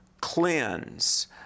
cleanse